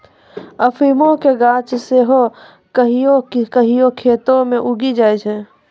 अफीमो के गाछ सेहो कहियो कहियो खेतो मे उगी जाय छै